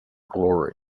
glory